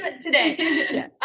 today